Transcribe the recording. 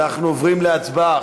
אנחנו עוברים להצבעה.